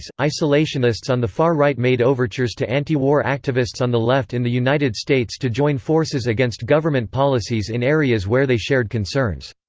so isolationists on the far right made overtures to anti-war activists on the left in the united states to join forces against government policies in areas where they shared concerns.